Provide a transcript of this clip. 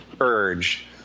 urge